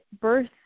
birth